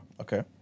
okay